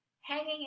Hanging